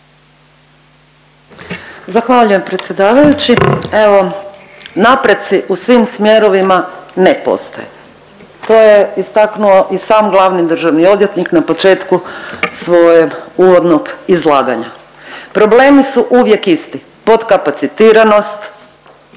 Zahvaljujem predsjedavajući. Evo napreci u svim smjerovima ne postoje, to je istaknuo i sam glavni državni odvjetnik na početku svojeg uvodnog izlaganja. Problemi su uvijek isti potkapacitiranost,